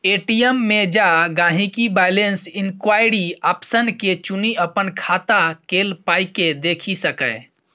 ATM मे जा गांहिकी बैलैंस इंक्वायरी आप्शन के चुनि अपन खाता केल पाइकेँ देखि सकैए